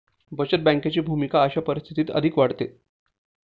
बचत बँकेची भूमिका अशा परिस्थितीत अधिकच वाढते